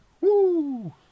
Woo